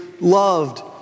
loved